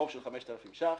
חוב של 5,000 ש"ח.